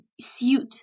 suit